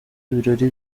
ibirori